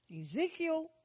Ezekiel